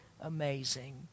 amazing